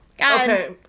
Okay